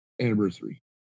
anniversary